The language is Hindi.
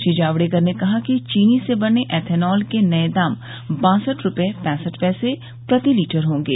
श्री जावडेकर ने कहा कि चीनी से बने एथेनॉल के नए दाम बासठ रूपये पैंसठ पैसे प्रति लीटर होंगे